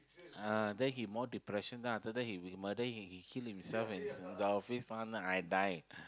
uh then he more depression then after that if he murder and he kill himself in the office lah then after that I die